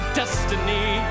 destiny